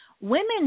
women